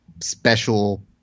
special